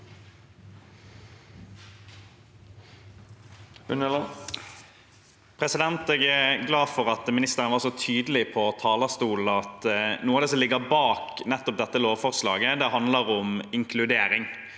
Jeg er glad for at ministeren var så tydelig fra talerstolen på at noe av det som ligger bak dette lovforslaget, handler om inkludering,